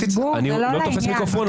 אני לא תופס מיקרופון.